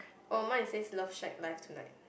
oh mine it says love shack live tonight